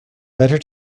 better